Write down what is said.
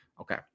Okay